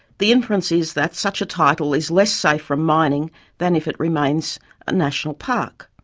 the inference is that such a title is less safe from mining than if it remains a national park.